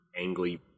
angly